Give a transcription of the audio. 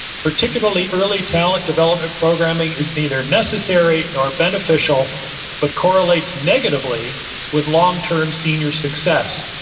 particularly early talent development programming is neither necessary nor beneficial but correlates negatively with long-term senior success.